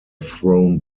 thrown